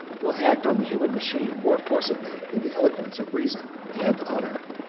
will act on the human machine more forcibly than the eloquence of reason and honor.